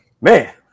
man